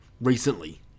recently